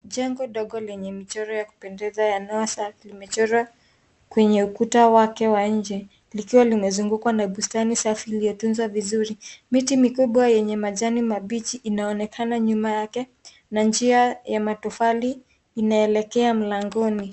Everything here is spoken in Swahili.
Jengo ndogo lenye michoro ya kupendeza ya Noah's Ark limechorwa kwenye ukuta wake wa nje, likiwa limezungukwa na bustani safi iliyotunzwa vizuri. Miti mikubwa yenye majani mabichi inaoenkana nyuma yake na njia ya matofali inaelekea mlangoni.